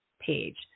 page